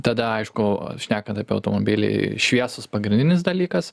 tada aišku šnekant apie automobilį šviesos pagrindinis dalykas